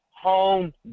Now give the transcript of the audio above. home